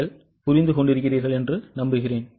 நீங்கள் என்னைப் புரிந்து கொள்கிறீர்களா